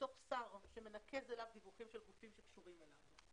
לשר שמנקז אליו דיווחים שקשורים אליו.